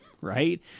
right